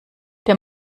der